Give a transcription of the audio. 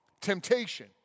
Temptation